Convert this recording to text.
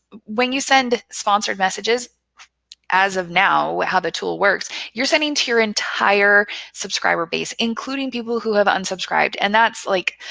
when you send sponsored messages as of now, how the tool works, you're sending to your entire subscriber base, including people who have unsubscribed. and that's like,